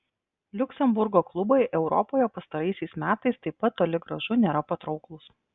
liuksemburgo klubai europoje pastaraisiais metais taip pat toli gražu nėra patrauklūs